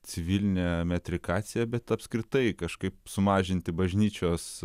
civilinė metrikacija bet apskritai kažkaip sumažinti bažnyčios